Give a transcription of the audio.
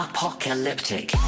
Apocalyptic